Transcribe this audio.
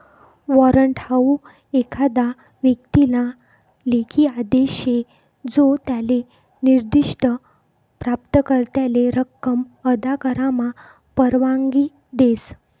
warrant हाऊ एखादा व्यक्तीना लेखी आदेश शे जो त्याले निर्दिष्ठ प्राप्तकर्त्याले रक्कम अदा करामा परवानगी देस